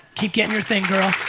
keep gettin' your thing girl.